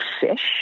fish